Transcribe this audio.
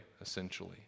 essentially